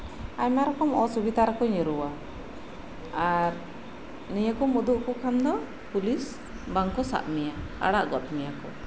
ᱟᱭᱢᱟ ᱨᱚᱠᱚᱢ ᱚᱥᱩᱵᱤᱫᱷᱟ ᱨᱮᱠᱚ ᱧᱩᱨᱦᱩᱼᱟ ᱟᱨ ᱱᱤᱭᱟᱹ ᱠᱚᱢ ᱩᱫᱩᱠ ᱟᱠᱚ ᱠᱷᱟᱱ ᱫᱚ ᱯᱩᱞᱤᱥ ᱵᱟᱝ ᱠᱚ ᱥᱟᱵ ᱢᱮᱭᱟ ᱟᱲᱟᱜ ᱜᱚᱫ ᱢᱮᱭᱟ ᱠᱚ